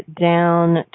down